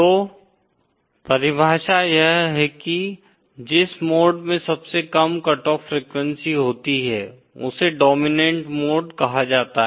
तो परिभाषा यह है की जिस मोड में सबसे कम कट ऑफ फ़्रीक्वेंसी होती है उसे डोमिनेंट मोड कहा जाता है